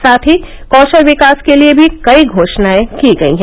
साथ ही कौशल विकास के लिए भी कई घोषणाए की गई हैं